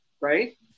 Right